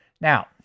Now